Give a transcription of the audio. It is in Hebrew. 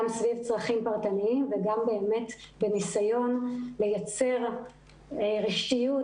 סביב צרכים פרטניים וגם בניסיון לייצר רשתיות,